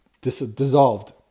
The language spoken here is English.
dissolved